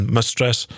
Mistress